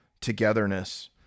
togetherness